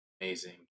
amazing